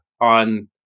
on